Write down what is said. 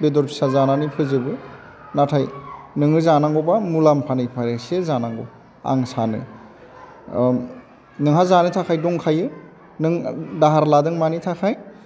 बेदर फिसा जानानै फोजोबो नाथाय नोङो जानांगौबा मुलाम्फानिफ्राय एसे जानांगौ आं सानो नोंहा जानो थाखाय दंखायो नों दाहार लादों मानि थाखाय